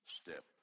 step